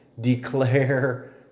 Declare